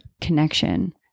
connection